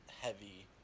heavy